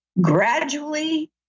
Gradually